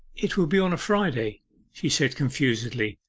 it will be on a friday she said confusedly,